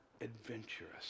adventurous